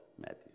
Matthew